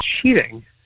cheating